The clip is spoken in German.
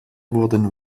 wurden